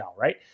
right